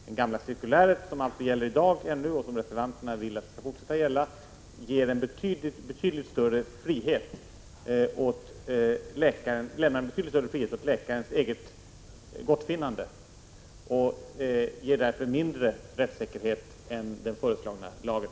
Det gamla cirkuläret, som ännu gäller och som reservanterna vill skall fortsätta att gälla, lämnar alltså betydligt större frihet åt läkarens eget gottfinnande och ger därför mindre rättssäkerhet än den föreslagna lagen.